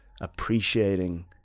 appreciating